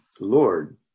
Lord